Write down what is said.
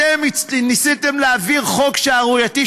אתם ניסיתם להעביר חוק שערורייתי,